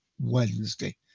Wednesday